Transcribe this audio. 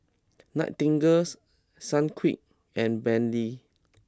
Nightingale Sunquick and Bentley